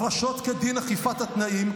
הפרשות כדין אכיפת התנאים,